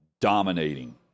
dominating